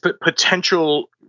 potential